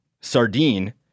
sardine